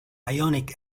ionic